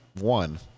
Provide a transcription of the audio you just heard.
one